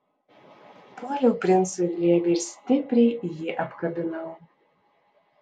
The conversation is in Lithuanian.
puoliau princui į glėbį ir stipriai jį apkabinau